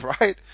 right